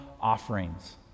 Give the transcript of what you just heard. offerings